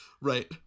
Right